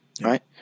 right